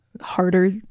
harder